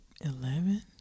Eleven